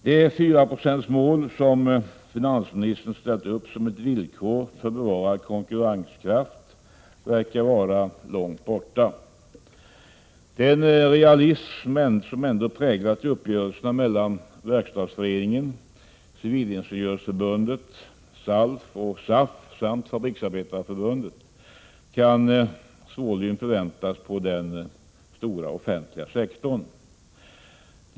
Det 4-procentsmål som finansministern ställt upp som ett villkor för bevarad konkurrenskraft verkar vara långt borta. Den realism som ändå präglat uppgörelserna mellan Verkstadsföreningen och Civilingenjörsförbundet och SALF samt mellan SAF och Fabriksarbetareförbundet kan svårligen förväntas på den offentliga sektorn.